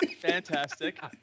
fantastic